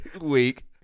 week